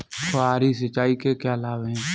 फुहारी सिंचाई के क्या लाभ हैं?